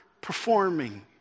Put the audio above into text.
performing